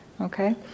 Okay